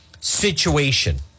situation